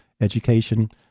education